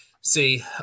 see